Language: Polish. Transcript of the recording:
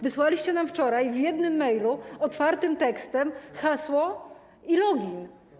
Wysłaliście nam wczoraj w jednym mailu otwartym tekstem hasło i login.